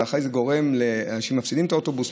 זה אכן גורם לאנשים להפסיד את האוטובוס.